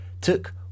took